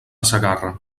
segarra